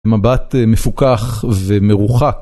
מבט מפוכח ומרוחק.